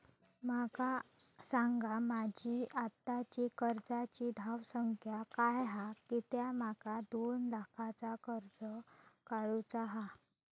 माका सांगा माझी आत्ताची कर्जाची धावसंख्या काय हा कित्या माका दोन लाखाचा कर्ज काढू चा हा?